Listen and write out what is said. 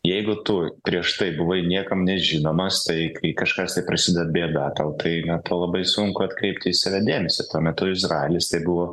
jeigu tu prieš tai buvai niekam nežinomas tai kai kažkas tai prasided bėda tau tai na tau labai sunku atkreipti į save dėmesį tuo metu izraelis tai buvo